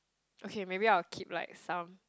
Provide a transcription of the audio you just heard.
okay maybe I will keep like some